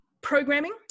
programming